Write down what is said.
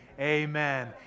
Amen